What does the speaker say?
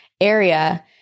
area